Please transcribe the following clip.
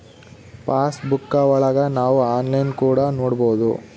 pass ಬುಕ್ಕಾ ಒಳಗ ನಾವ್ ಆನ್ಲೈನ್ ಕೂಡ ನೊಡ್ಬೋದು